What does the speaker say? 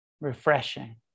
refreshing